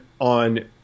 on –